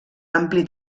ampli